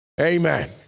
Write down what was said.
Amen